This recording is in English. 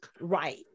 Right